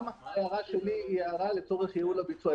גם ההערה שלי היא הערה לצורך ייעול הביצוע.